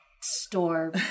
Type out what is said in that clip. store